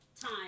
Time